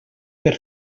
per